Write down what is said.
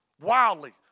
wildly